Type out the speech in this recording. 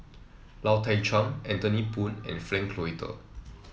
Lau Teng Chuan Anthony Poon and Frank Cloutier